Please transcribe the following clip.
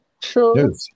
True